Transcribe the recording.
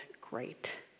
great